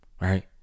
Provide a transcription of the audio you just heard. right